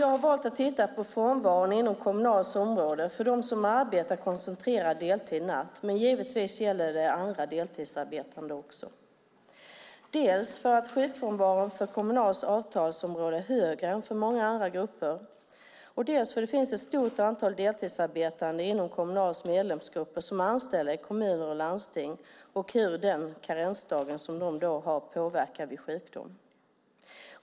Jag har valt att titta på frånvaron inom Kommunals område för dem som arbetar koncentrerad deltid nattetid - men givetvis gäller det andra deltidsarbetande också - dels för att sjukfrånvaron för Kommunals avtalsområde är högre än för många andra grupper, dels för att det finns ett stort antal deltidsarbetande inom Kommunals medlemsgrupper som är anställda i kommuner och landsting. Jag har tittat på hur den karensdag som de har påverkar vid sjukdom.